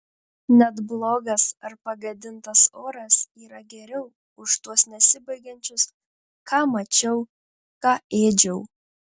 net blogas ar pagadintas oras yra geriau už tuos nesibaigiančius ką mačiau ką ėdžiau